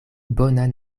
bonan